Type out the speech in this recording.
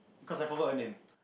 cause I forgot her name